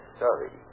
sorry